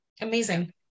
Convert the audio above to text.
amazing